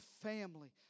family